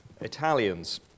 Italians